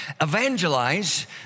evangelize